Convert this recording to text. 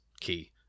key